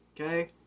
Okay